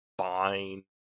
fine